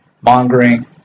mongering